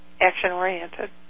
action-oriented